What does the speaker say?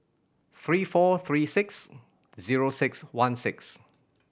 three four three six zero six one six